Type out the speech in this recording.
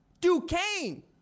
Duquesne